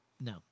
No